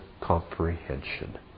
comprehension